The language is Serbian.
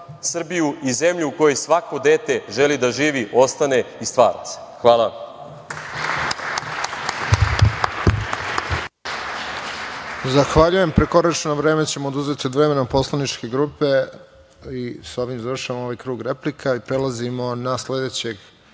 Srbiju i zemlju u kojoj svako dete želi da živi, ostane i stvara. Hvala.